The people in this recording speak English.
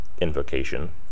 invocation